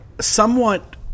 somewhat